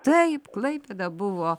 taip klaipėda buvo